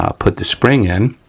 um put the spring in,